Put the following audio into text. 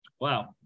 Wow